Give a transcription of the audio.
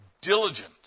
diligent